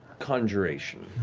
conjuration.